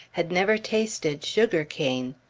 had never tasted sugar-cane.